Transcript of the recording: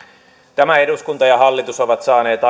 tämä eduskunta ja hallitus ovat saaneet